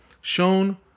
shown